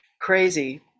crazy